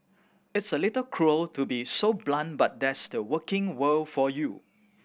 it's a little cruel to be so blunt but that's the working world for you